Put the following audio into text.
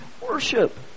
worship